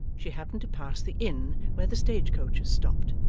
she happened to pass the inn where the stage-coaches stopped,